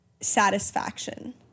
satisfaction